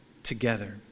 together